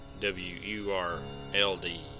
W-U-R-L-D